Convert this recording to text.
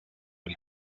del